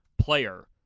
player